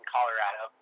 Colorado